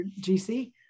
GC